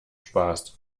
spaß